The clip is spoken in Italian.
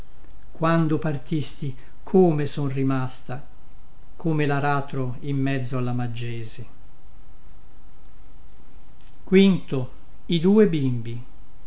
quando partisti come son rimasta come laratro in mezzo alla maggese i due bimbi